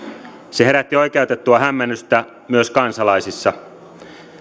se herätti oikeutettua hämmennystä myös kansalaisissa